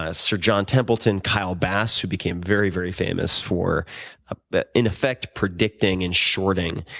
ah sir john templeton, kyle bass, who became very very famous for ah but in effect, predicting and shorting